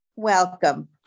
Welcome